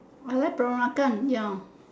I very peranakan ya